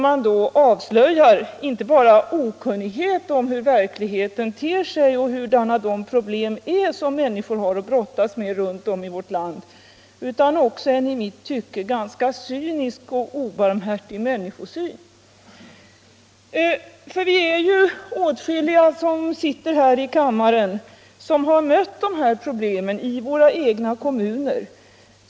Men då avslöjar man inte bara okunnighet om hur verkligheten ter sig och hurudana de problem som människorna brottas med runt om i vårt land är, utan också en i mitt tycke ganska cynisk och obarmhärtig människosyn. Vi är åtskilliga i denna kammare som har mött dessa problem i våra egna hemkommuner.